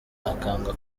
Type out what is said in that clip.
akanga